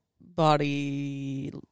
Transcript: body